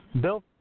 Bill